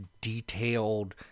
detailed